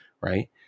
right